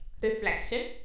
reflection